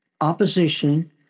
opposition